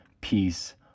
peace